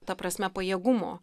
ta prasme pajėgumo